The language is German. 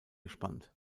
gespannt